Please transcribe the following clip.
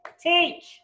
teach